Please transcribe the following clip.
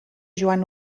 joan